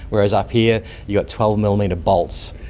whereas, up here you've got twelve mm um and bolts.